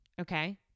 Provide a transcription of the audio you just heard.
okay